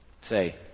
Say